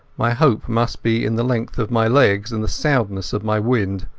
my hope must be in the length of my legs and the soundness of my wind,